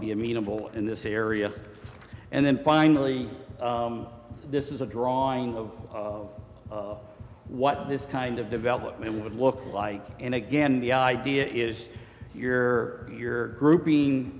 be amenable in this area and then finally this is a drawing of what this kind of development would look like and again the idea is your your group